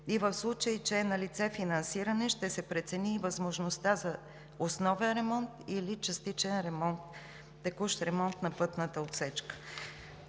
и в случай че е налице финансиране, ще се прецени и възможността за основен ремонт или частичен ремонт – текущ